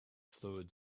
fluid